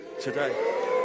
today